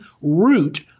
root